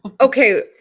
Okay